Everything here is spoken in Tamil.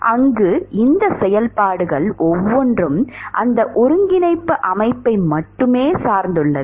அங்கு இந்த செயல்பாடுகள் ஒவ்வொன்றும் அந்த ஒருங்கிணைப்பு அமைப்பை மட்டுமே சார்ந்துள்ளது